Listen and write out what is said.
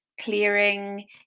clearing